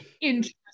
interesting